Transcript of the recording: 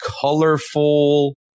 colorful